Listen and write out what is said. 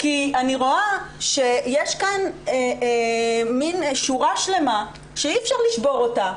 כי אני רואה שיש כאן שורה שלמה שאי אפשר לשבור אותה.